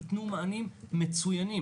יתנו מענים מצוינים.